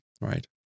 right